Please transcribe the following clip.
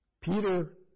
Peter